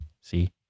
See